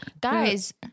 Guys